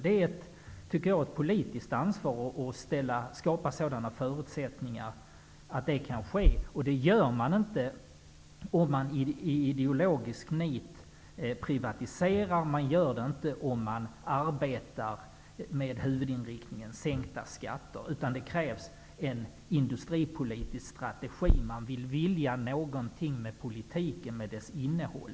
Jag menar att det är ett politiskt ansvar att skapa sådana förutsättningar att det kan ske, men man tar inte det ansvaret om man i ideologisk nit privatiserar och arbetar med huvudinriktningen sänkta skatter, utan det krävs en industripolitisk strategi, att man vill någonting med politikens innehåll.